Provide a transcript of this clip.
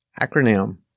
Acronym